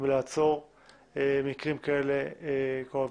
ולעצור מקרים כאלה כואבים.